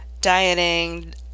dieting